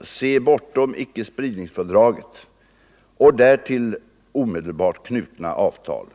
se bortom ickespridningsfördraget och därtill omedelbart knutna avtal.